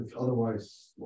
Otherwise